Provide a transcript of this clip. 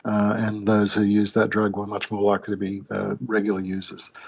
and those who use that drug were much more likely to be regular users.